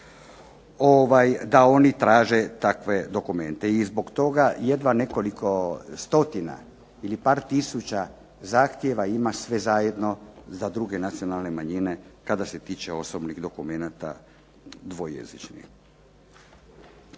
da oni traže takve dokumente i zbog toga jedva nekoliko stotina ili par tisuća zahtjeva ima sve zajedno za druge nacionalne manjine kada se tiče osobnih dokumenata dvojezičnih.